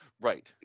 Right